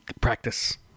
practice